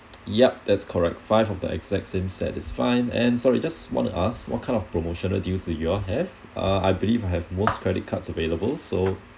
yup that's correct five of the exact same satisfying and sorry just want to ask what kind of promotional deals do y'all have uh I believe I have most credit cards available so